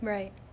Right